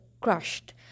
crushed